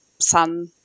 sun